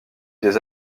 des